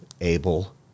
able